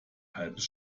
halbes